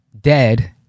dead